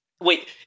Wait